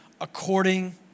according